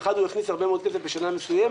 אחד הוא הכניס הרבה מאוד כסף בשנה מסוימת,